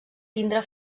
tindre